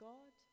God